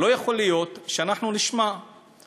לא יכול להיות שאנחנו נשמע את